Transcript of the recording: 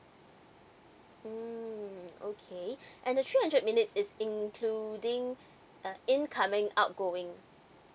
mm okay and the two hundred minutes is including uh incoming outgoing